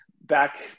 Back